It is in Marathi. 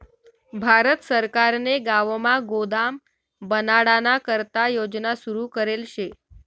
भारत सरकारने गावमा गोदाम बनाडाना करता योजना सुरू करेल शे